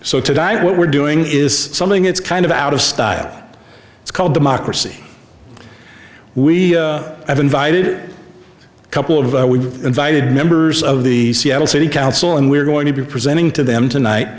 die what we're doing is something it's kind of out of style it's called democracy we have invited a couple of we invited members of the seattle city council and we're going to be presenting to them tonight